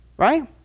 Right